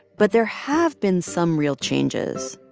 but there have been some real changes.